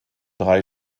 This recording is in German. drei